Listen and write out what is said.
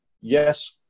yes